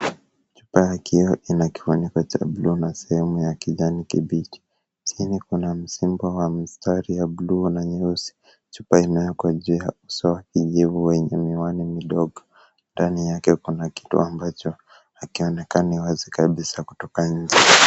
Chupa ya kioo ina kifuniko cha bluu sehemu na kijani kibichi. Chini kuna msimbo wa mstari ya bluu na nyeusi. Chupa imewekwa juu ya uso wa kijivu wenye miwani midogo. Ndani yake kuna kitu ambacho hakionekanani wazi kabisa kutoka nje.